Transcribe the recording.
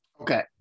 Okay